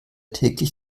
täglich